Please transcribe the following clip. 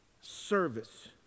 service